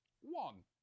one